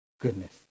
goodness